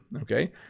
okay